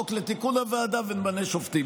תתמכו בחוק לתיקון הוועדה, ונמנה שופטים.